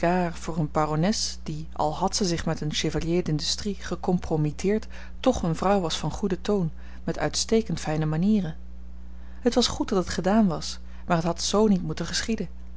voor eene barones die al had zij zich met een chevalier d'industrie gecompromitteerd toch eene vrouw was van goeden toon met uitstekend fijne manieren het was goed dat het gedaan was maar het had z niet moeten geschieden